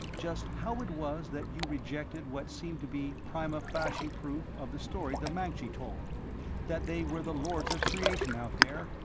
just how it was that you rejected what seemed to be prima facie proof of the story the mancji told that they were the lords of creation out there,